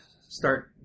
start